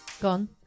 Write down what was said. gone